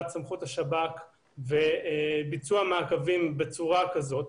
סמכות השב"כ ואת ביצוע המעקבים בצורה כזאת.